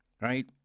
right